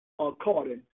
according